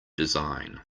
design